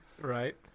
Right